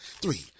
Three